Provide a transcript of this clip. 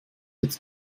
jetzt